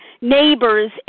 neighbors